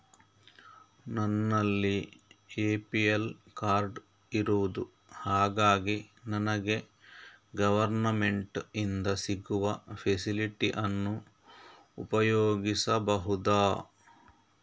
ನನ್ನಲ್ಲಿ APL card ಇರುದು ಹಾಗಾಗಿ ನನಗೆ ಗವರ್ನಮೆಂಟ್ ಇಂದ ಸಿಗುವ ಫೆಸಿಲಿಟಿ ಅನ್ನು ಉಪಯೋಗಿಸಬಹುದಾ?